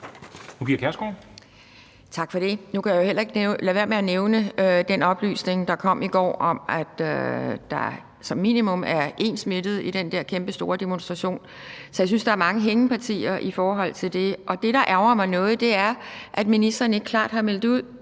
Pia Kjærsgaard (DF): Tak for det. Nu kan jeg jo heller ikke lade være med at nævne den oplysning, der kom i går, om, at der som minimum er én smittet i den der kæmpestore demonstration; så jeg synes, at der er mange hængepartier i forhold til det. Det, der ærgrer mig noget, er, at ministeren ikke klart har meldt ud,